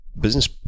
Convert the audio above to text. Business